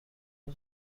اون